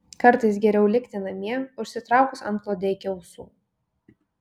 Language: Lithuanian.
kartais geriau likti namie užsitraukus antklodę iki ausų